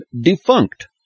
defunct